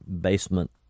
basement